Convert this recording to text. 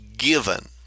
given